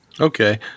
Okay